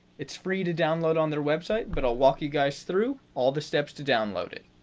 it's free to download on their website but i'll walk you guys through all the steps to download it.